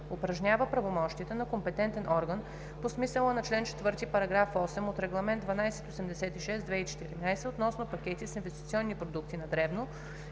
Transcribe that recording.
упражнява правомощията на компетентен орган по смисъла на чл. 4, параграф 8 от Регламент (ЕС) № 1286/2014 относно пакети с инвестиционни продукти на дребно